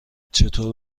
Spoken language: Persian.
چطور